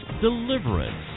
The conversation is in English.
deliverance